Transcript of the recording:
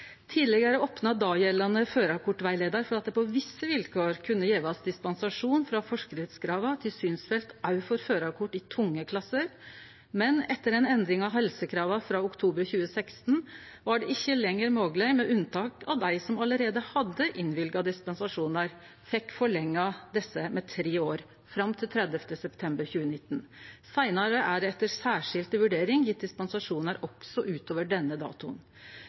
Tidlegare opna dagjeldande førarkortrettleiar for at det på visse vilkår kunne gjevast dispensasjon frå forskriftskrava til synsfelt også for førarkort i tunge klasser, men etter ei endring av helsekrava frå oktober 2016 var dette ikkje lenger mogeleg, med unntak av at dei som allereie hadde fått innvilga dispensasjonar, fekk forlengde desse med tre år, fram til 30. september 2019. Seinare er det etter særskilt vurdering gjeve dispensasjonar også utover denne datoen.